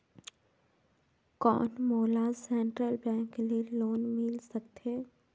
कौन मोला central bank ले लोन मिल सकथे?